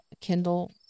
Kindle